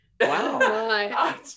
wow